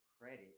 credit